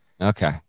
Okay